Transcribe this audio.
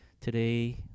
today